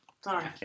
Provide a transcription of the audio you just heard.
sorry